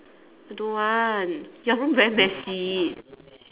don't want your room very messy